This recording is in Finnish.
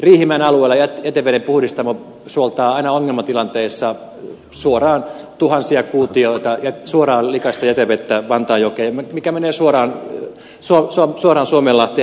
riihimäen alueella jäteveden puhdistamo suoltaa aina ongelmatilanteissa tuhansia kuutioita likaista jätevettä suoraan vantaanjokeen mikä menee suoraan suomenlahteen